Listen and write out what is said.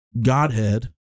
godhead